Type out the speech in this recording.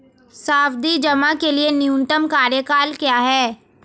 सावधि जमा के लिए न्यूनतम कार्यकाल क्या है?